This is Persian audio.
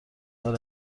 بار